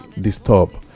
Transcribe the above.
disturb